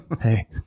Hey